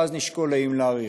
ואז נשקול האם להאריך.